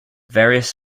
various